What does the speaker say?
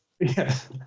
Yes